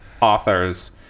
authors